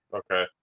okay